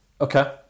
Okay